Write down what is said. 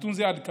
נתון זה עדכני